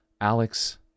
Alex